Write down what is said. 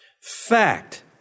Fact